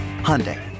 Hyundai